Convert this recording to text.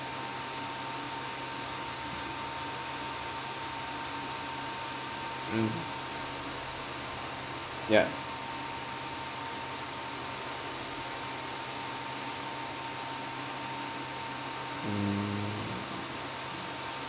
mmhmm ya mm